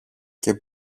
και